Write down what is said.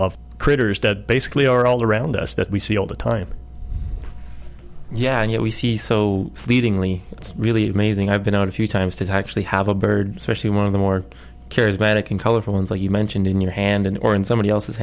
of critters that basically are all around us that we see all the time yeah and yet we see so fleetingly it's really amazing i've been out a few times to actually have a bird specially one of the more charismatic and colorful ones that you mentioned in your hand and or in somebody else's